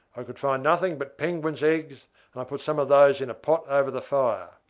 i could find nothing but penguin's eggs and i put some of those in a pot over the fire.